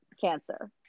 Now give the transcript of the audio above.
cancer